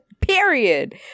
Period